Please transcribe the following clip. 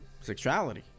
sexuality